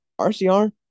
RCR